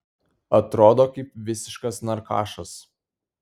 atrodo kaip visiškas narkašas